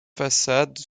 façades